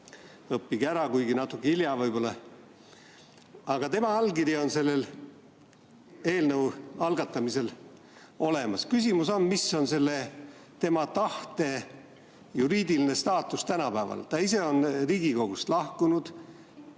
Õppige ära, kuigi natukene hilja võib-olla. Aga tema allkiri on sellel eelnõul olemas. Küsimus on järgmine: mis on tema tahte juriidiline staatus tänapäeval? Ta ise on Riigikogust lahkunud.